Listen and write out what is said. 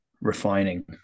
refining